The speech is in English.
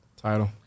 Title